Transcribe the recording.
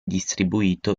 distribuito